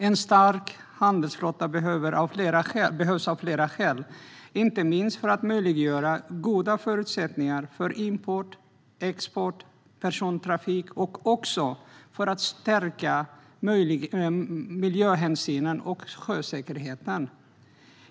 En stark handelsflotta behövs av flera skäl, inte minst för att möjliggöra goda förutsättningar för import, export och persontrafik och också för att stärka miljöhänsynen och sjösäkerheten.